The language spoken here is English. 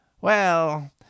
Well